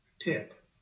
tip